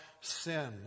sin